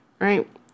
right